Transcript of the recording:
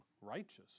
righteous